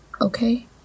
Okay